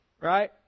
Right